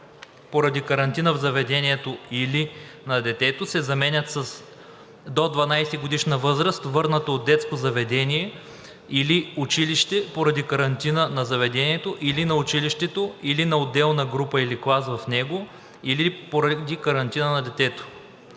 поради карантина в заведението или на детето“ се заменят с „до 12-годишна възраст, върнато от детско заведение или училище, поради карантина на заведението или на училището, или на отделна група или клас в него, или поради карантина на детето“.